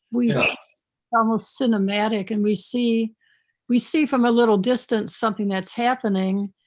we almost cinematic and we see we see from a little distance, something that's happening,